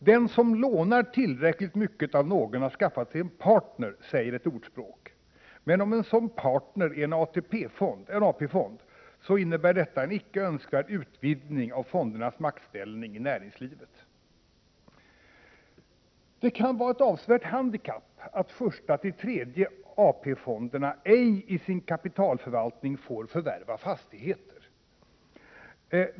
”Den som lånar tillräckligt mycket av någon, har skaffat sig en partner”, säger ett ordspråk. Men om en sådan ”partner” är en AP-fond, innebär detta en icke önskvärd utvidgning av fondernas maktställning i näringslivet. Det kan vara ett avsevärt handikapp att första-tredje AP-fonderna ej i sin kapitalförvaltning får förvärva fastigheter.